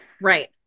right